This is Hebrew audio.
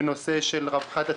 בנושא של רווחת הציבור.